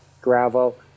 gravel